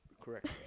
correct